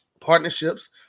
partnerships